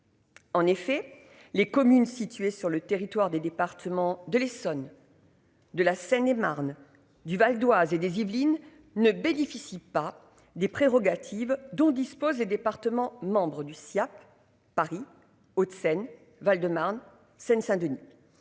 En effet, les communes situées sur le territoire des départements de l'Essonne. De la Seine-et-Marne du Val-d Oise et des Yvelines ne bénéficient pas des prérogatives dont disposent les départements membre du CIAT Paris, Hauts-de-Seine, Val-de-Marne, Seine-Saint-Denis.